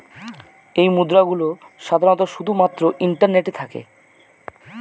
এই মুদ্রা গুলো সাধারনত শুধু মাত্র ইন্টারনেটে থাকে